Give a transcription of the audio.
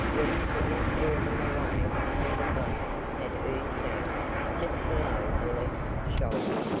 where he could not draw them away from where the blood had oozed out just below the left shoulder.